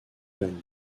van